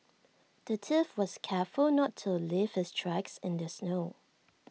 the thief was careful not to leave his tracks in the snow